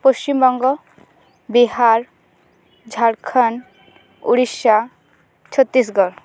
Paschim Banga Bihar Jharkhand Odisha Chhattisgarh